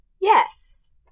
Yes